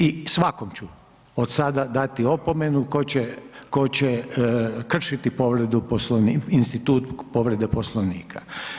I svakom ću od sada dati opomenu tko će kršiti povredu, institut povrede Poslovnika.